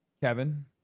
Kevin